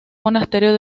monasterio